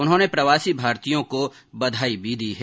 उन्होंने प्रवासी भारतीयों को बधाई भी दी है